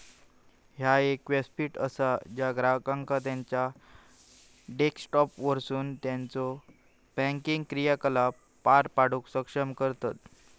ह्या एक व्यासपीठ असा ज्या ग्राहकांका त्यांचा डेस्कटॉपवरसून त्यांचो बँकिंग क्रियाकलाप पार पाडूक सक्षम करतत